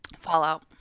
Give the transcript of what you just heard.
fallout